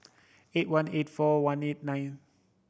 eight one eight four one eight nine